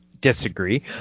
Disagree